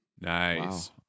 Nice